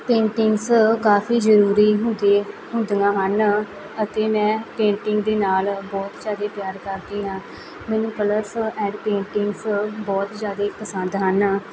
paintings ਕਾਫ਼ੀ ਜ਼ਰੂਰੀ ਹੁੰਦੀ ਹੁੰਦੀਆਂ ਹਨ ਅਤੇ ਮੈਂ ਪੇਂਟਿੰਗ ਦੇ ਨਾਲ ਬਹੁਤ ਜ਼ਿਆਦਾ ਪਿਆਰ ਕਰਦੀ ਹਾਂ ਮੈਨੂੰ ਕਲਰਸ ਐਡ ਪੇਂਟਿੰਗਸ ਬਹੁਤ ਜ਼ਿਆਦਾ ਪਸੰਦ ਹਨ